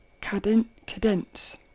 Cadence